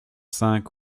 cinq